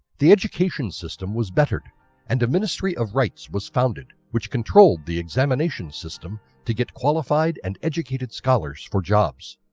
the education system was bettered and a ministry of rites was founded which controlled the examination system to get qualified and educated scholars for jobs.